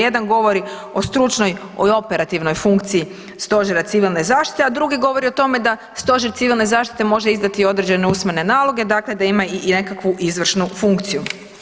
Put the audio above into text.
Jedan govori o stručnoj i operativnoj funkciji Stožera civilne zaštite, a drugi govori o tome da Stožer civilne zaštite može izdati određene usmene naloge, da ima i nekakvu izvršnu funkciju.